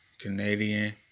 Canadian